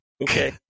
Okay